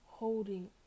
Holding